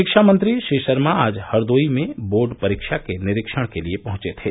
शिक्षा मंत्री श्री शर्मा आज हरदोई में बोर्ड परीक्षा के निरीक्षण के लिए पहुंचे थे